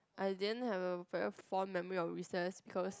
I didn't have a very fond memory because